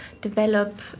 develop